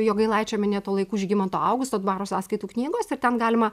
jogailaičio minėto laikų žygimanto augusto dvaro sąskaitų knygos ir ten galima